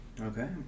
Okay